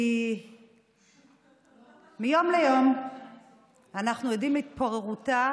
כי מיום ליום אנחנו עדים להתפוררותה